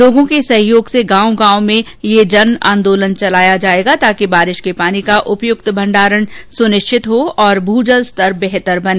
लोगों के सहयोग से गांव गांव में यह जन आंदोलन चलाया जायेगा ताकि बारिश के पानी का उपयुक्त भंडारण सुनिश्चित हो और भूजल स्तर बेहतर बने